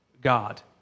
God